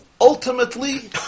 ultimately